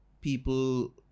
people